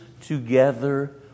together